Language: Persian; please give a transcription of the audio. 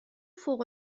فوق